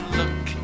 look